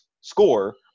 score